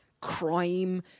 crime